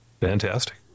Fantastic